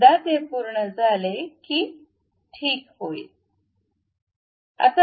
एकदा ते पूर्ण झाले की ठीक आहे